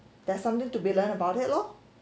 there's something to be learned about it lor